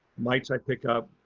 mites i picked up.